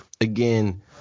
again